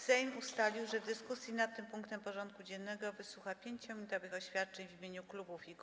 Sejm ustalił, że w dyskusji nad tym punktem porządku dziennego wysłucha 5-minutowych oświadczeń w imieniu klubów i kół.